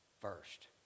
first